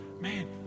Man